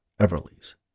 Everly's